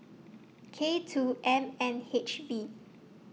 K two M N H V